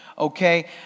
Okay